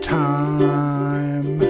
time